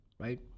right